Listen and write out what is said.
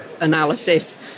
analysis